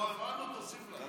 אנחנו הפרענו, תוסיף לה.